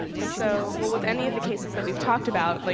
so well with any of the cases that we've talked about, like